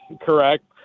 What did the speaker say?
correct